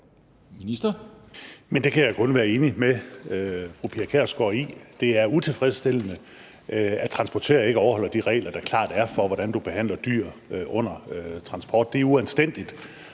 det kan jeg kun være enig med fru Pia Kjærsgaard i. Det er utilfredsstillende, at transportører ikke overholder de regler, der klart er for, hvordan du behandler dyr under transport. Det er uanstændigt,